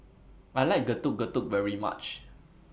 I like Getuk Getuk very much